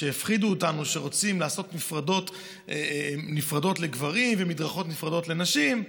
שהפחידו אותנו שרוצים לעשות מדרכות נפרדות לגברים ומדרכות נפרדות לנשים,